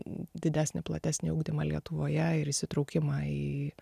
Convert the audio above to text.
didesnį platesnį ugdymą lietuvoje ir įsitraukimą į